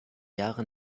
jahre